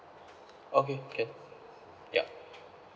okay can yup